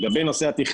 זה הדבר העיקרי.